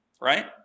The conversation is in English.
right